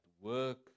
work